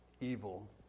evil